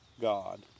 God